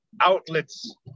outlets